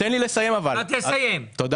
תן לי לסיים אבל.